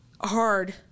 hard